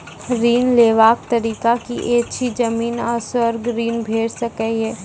ऋण लेवाक तरीका की ऐछि? जमीन आ स्वर्ण ऋण भेट सकै ये?